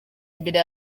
imbere